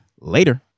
later